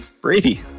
brady